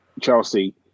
Chelsea